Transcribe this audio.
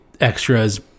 extras